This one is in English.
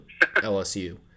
LSU